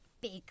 Big